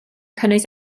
cynnwys